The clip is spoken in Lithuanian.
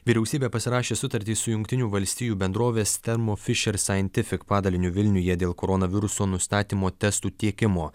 vyriausybė pasirašė sutartį su jungtinių valstijų bendrovės thermo fisher scientific padaliniu vilniuje dėl koronaviruso nustatymo testų tiekimo